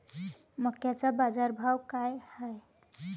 मक्याचा बाजारभाव काय हाय?